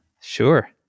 sure